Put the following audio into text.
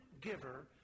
giver